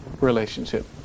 relationship